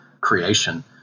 creation